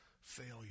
failure